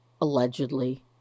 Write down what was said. allegedly